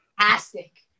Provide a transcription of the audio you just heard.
Fantastic